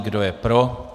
Kdo je pro?